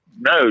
No